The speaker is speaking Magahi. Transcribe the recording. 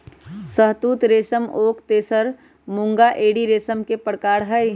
शहतुत रेशम ओक तसर मूंगा एरी रेशम के परकार हई